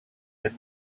had